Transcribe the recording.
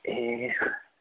ए